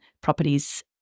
properties